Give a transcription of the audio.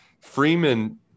Freeman –